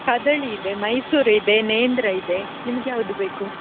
ಕದಳಿ ಇದೆ ಮೈಸೂರು ಇದೆ ನೇಂದ್ರ ಇದೆ ನಿಮ್ಗೆ ಯಾವ್ದು ಬೇಕು